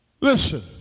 Listen